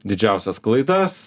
didžiausias klaidas